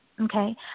Okay